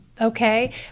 okay